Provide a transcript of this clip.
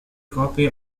copy